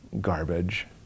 garbage